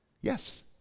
Yes